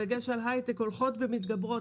בדגש על היי-טק הולכות ומתגברות.